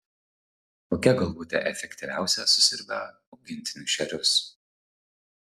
kokia galvutė efektyviausia susiurbia augintinių šerius